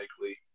likely